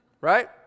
Right